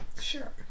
Sure